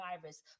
virus